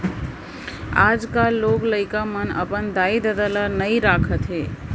आजकाल लोग लइका मन अपन दाई ददा ल नइ राखत हें